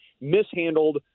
mishandled